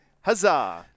Huzzah